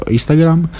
Instagram